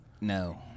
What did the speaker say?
No